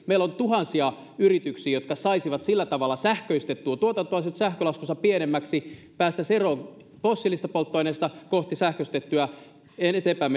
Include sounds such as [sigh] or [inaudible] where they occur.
meillä on tuhansia yrityksiä jotka saisivat sillä tavalla sähköistettyä tuotantonsa sähkölaskunsa pienemmäksi päästäisiin eroon fossiilisista polttoaineista kohti sähköistettyä eteenpäin [unintelligible]